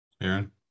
Aaron